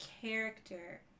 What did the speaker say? character